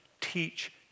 teach